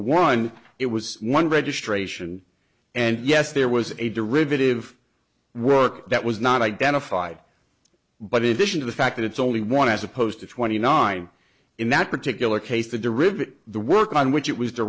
one it was one registration and yes there was a derivative work that was not identified but it isn't the fact that it's only one as opposed to twenty nine in that particular case the derivative the work on which it was